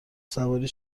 سواری